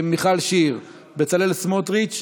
מיכל שיר, בצלאל סמוטריץ',